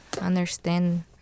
understand